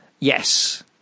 Yes